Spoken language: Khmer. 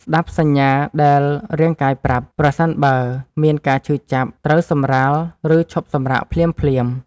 ស្ដាប់សញ្ញាដែលរាងកាយប្រាប់ ប្រសិនបើមានការឈឺចាប់ ត្រូវសម្រាល ឬឈប់សម្រាកភ្លាមៗ។